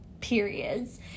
periods